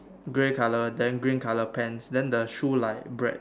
grey colour then green colour pants then the shoe like bread